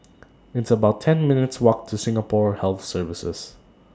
It's about ten minutes' Walk to Singapore Health Services